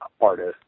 artist